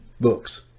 books